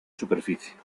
superficie